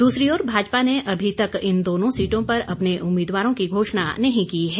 दूसरी ओर भाजपा ने अभी तक इन दोनों सीटों पर अपने उम्मीदवारों की घोषणा नहीं की है